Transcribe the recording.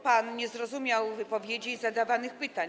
Pan nie zrozumiał wypowiedzi i zadawanych pytań.